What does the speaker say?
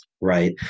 right